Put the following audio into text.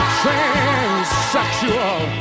transsexual